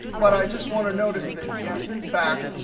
but i just want to notice that, yes, in fact,